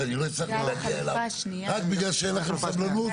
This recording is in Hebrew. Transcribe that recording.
שאני לא הצלחתי להגיע אליו רק בגלל שאין לכם סבלנות.